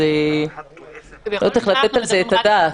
אז צריך לתת על זה את הדעת.